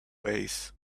ways